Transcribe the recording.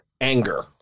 anger